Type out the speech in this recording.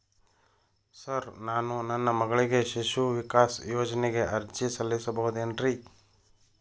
Sir ನಾನು ನನ್ನ ಮಗಳಿಗೆ ಶಿಶು ವಿಕಾಸ್ ಯೋಜನೆಗೆ ಅರ್ಜಿ ಸಲ್ಲಿಸಬಹುದೇನ್ರಿ?